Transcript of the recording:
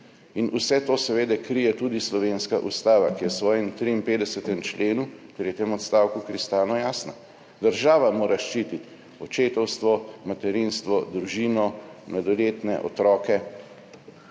in vse to seveda krije tudi slovenska ustava, ki je v svojem 53. členu v tretjem odstavku kristalno jasna, država mora ščititi očetovstvo, materinstvo, družino, mladoletne otroke.